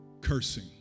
cursing